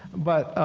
but